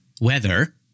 weather